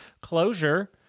closure